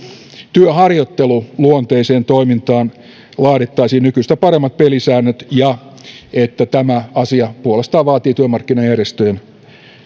työharjoitteluluonteiseen toimintaan laadittaisiin nykyistä paremmat pelisäännöt ja että tämä asia puolestaan vaatii työmarkkinajärjestöjen